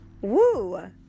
Woo